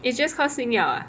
it's just called 星耀